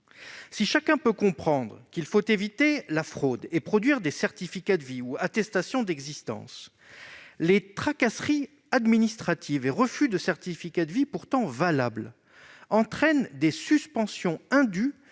Si chacun peut comprendre qu'il faut éviter la fraude et produire des certificats de vie ou attestations d'existence, les tracasseries administratives et refus de certificats de vie pourtant valables entraînent des suspensions indues